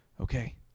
Okay